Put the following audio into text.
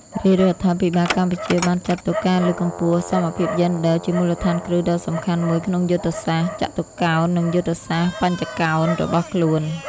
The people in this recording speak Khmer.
រាជរដ្ឋាភិបាលកម្ពុជាបានចាត់ទុកការលើកកម្ពស់សមភាពយេនឌ័រជាមូលដ្ឋានគ្រឹះដ៏សំខាន់មួយក្នុងយុទ្ធសាស្ត្រចតុកោណ និងយុទ្ធសាស្ត្របញ្ចកោណរបស់ខ្លួន។